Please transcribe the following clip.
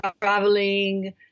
traveling